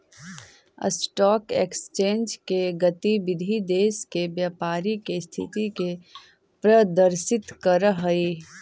stock exchange के गतिविधि देश के व्यापारी के स्थिति के प्रदर्शित करऽ हइ